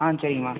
ஆ சரிங்கம்மா